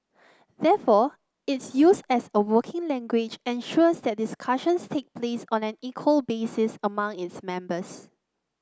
therefore its use as a working language ensures that discussions take place on an equal basis among its members